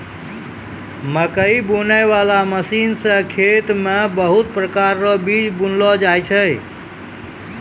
मकैइ बुनै बाला मशीन से खेत मे बहुत प्रकार रो बीज बुनलो जाय छै